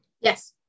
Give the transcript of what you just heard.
Yes